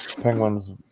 Penguins